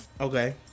Okay